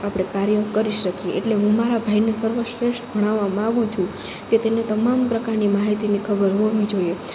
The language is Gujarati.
આપણે કાર્ય કરી શકીએ એટલે હું મારા ભાઈને સર્વશ્રેષ્ઠ ભણાવવા માગું છું કે તેને તમામ પ્રકારની માહિતીની ખબર હોવી જોઈએ